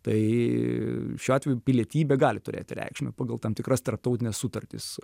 tai šiuo atveju pilietybė gali turėti reikšmę pagal tam tikras tarptautines sutartis